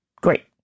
great